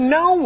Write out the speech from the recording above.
no